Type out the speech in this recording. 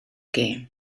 gem